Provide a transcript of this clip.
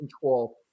control